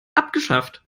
abgeschafft